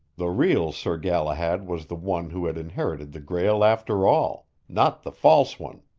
the real sir galahad was the one who had inherited the grail after all not the false one.